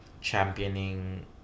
championing